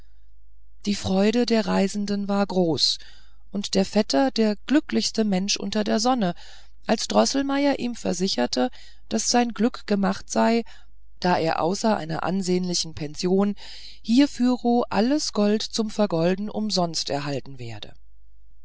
die freude der reisenden war groß und der vetter der glücklichste mensch unter der sonne als droßelmeier ihm versicherte daß sein glück gemacht sei da er außer einer ansehnlichen pension hinfüro alles gold zum vergolden umsonst erhalten werde